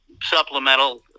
supplemental